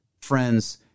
Friends